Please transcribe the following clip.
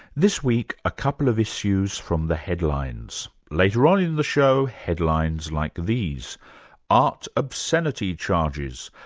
this week a couple of issues from the headlines. later on in the show, headlines like these art obscenity charges,